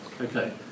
Okay